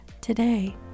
today